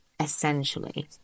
Essentially